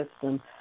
system